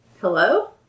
Hello